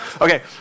Okay